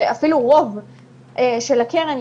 אפילו רוב של הקרן,